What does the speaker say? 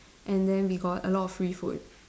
and then we got a lot of free food